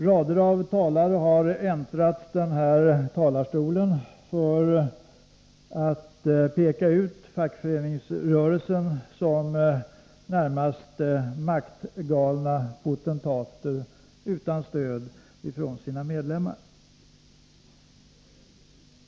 Rader av talare har äntrat den här talarstolen för att peka ut fackföreningsrörelsen närmast som en samling maktgalna potentater utan stöd från sina medlemmar.